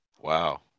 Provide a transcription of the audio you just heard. Wow